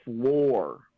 floor